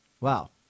Wow